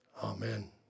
Amen